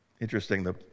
Interesting